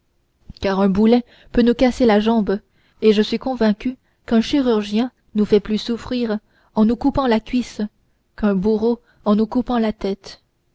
car un boulet peut nous casser la jambe et je suis convaincu qu'un chirurgien nous fait plus souffrir en nous coupant la cuisse qu'un bourreau en nous coupant la tête